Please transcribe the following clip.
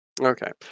Okay